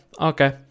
okay